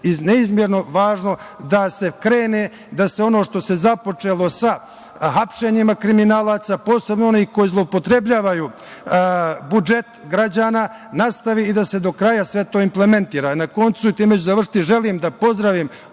je neizmerno važno da se krene, da se ono što se započelo sa hapšenjima kriminalaca, posebno onih koji zloupotrebljavaju budžet građana, nastavi i da se do kraja sve to implementira. Na koncu, i time ću završiti. Želim da pozdravim